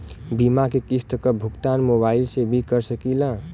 बीमा के किस्त क भुगतान मोबाइल से भी कर सकी ला?